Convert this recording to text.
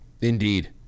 Indeed